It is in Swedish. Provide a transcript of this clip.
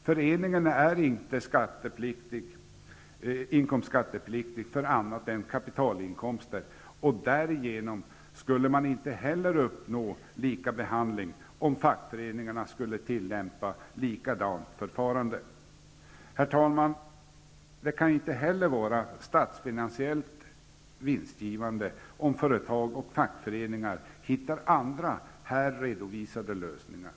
Föreningen, dvs. arbetsgivarorganisationen, är inte inkomstskattepliktig för annat än kapitalinkomster, och därigenom skulle man inte heller uppnå likabehandling om fackföreningarna skulle tillämpa ett likadant förfarande. Herr talman! Det kan inte heller vara statsfinansiellt vinstgivande om företag och fackföreningar hittar andra, här redovisade, lösningar.